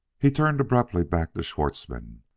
he turned abruptly back to schwartzmann,